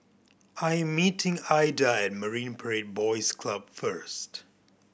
I am meeting Ilda at Marine Parade Boys Club first